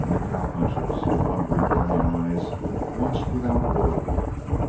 and the cowpunchers with hungry, burning eyes watched without a word